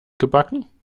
gebacken